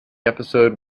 episode